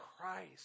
Christ